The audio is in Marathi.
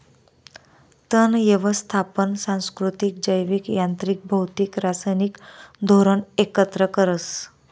तण यवस्थापन सांस्कृतिक, जैविक, यांत्रिक, भौतिक, रासायनिक धोरण एकत्र करस